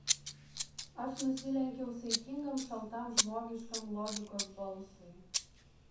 aš nusilenkiau saikingam šaltam žmogiškam logikos balsui